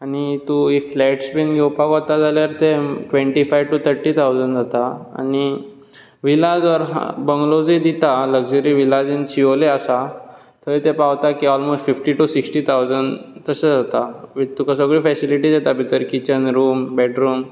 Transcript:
आनी तूं फ्लॅट्स बी घेवपाक वता जाल्यार ते twenty five to thirty thousand जाता आनी विलाझ ओर बंगलोझूय दिता लगजरी विलाजूय शिवोले आसा थंय ते पावता की almost fifty to sixty thousand तसो जाता वीथ तुका सगळ्यो फेसिलिटीज येता भितर किचन रूम बॅडरूम